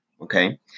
Okay